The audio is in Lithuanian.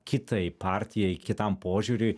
kitai partijai kitam požiūriui